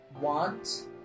want